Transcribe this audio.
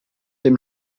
dem